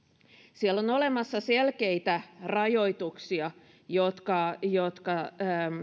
siellä on olemassa selkeitä rajoituksia jotka jotka